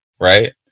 right